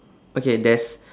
okay there's